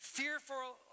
fearful